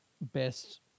best